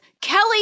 Kelly